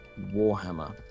warhammer